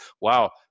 wow